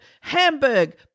Hamburg